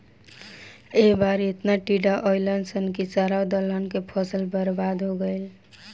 ए बार एतना टिड्डा अईलन सन की सारा दलहन के फसल बर्बाद हो गईल